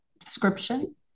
description